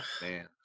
man